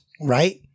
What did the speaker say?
right